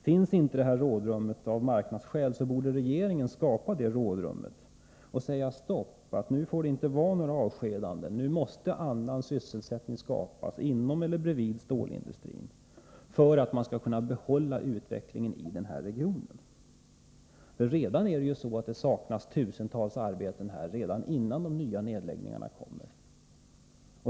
Finns inte detta rådrum av marknadsskäl, så borde regeringen skapa det och säga: Stopp, nu får det inte ske några fler avskedanden, nu måste annan sysselsättning skapas inom eller bredvid stålindustrin för att man skall kunna behålla utvecklingen i denna region. Det är ju så att det saknas tusentals arbeten, redan före de nya nedläggningarna.